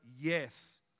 yes